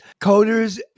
coders